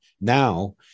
now